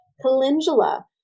Calendula